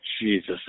Jesus